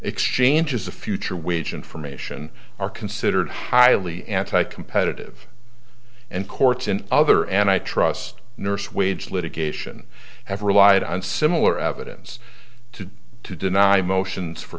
exchanges of future wage information are considered highly anti competitive and courts in other and i trust nurse wage litigation have relied on similar evidence to deny motions for